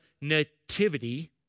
nativity